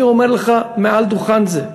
אני אומר לך מעל דוכן זה: